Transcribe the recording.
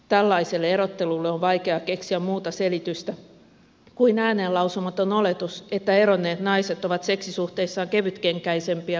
tällaiselle erottelulle on vaikea keksiä muuta selitystä kuin ääneen lausumaton oletus että eronneet naiset ovat seksisuhteissaan kevytkenkäisempiä kuin lesket